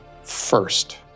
First